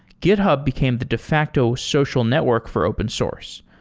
github became the de facto social network for open source.